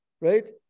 right